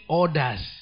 orders